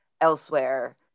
elsewhere